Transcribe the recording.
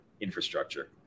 Infrastructure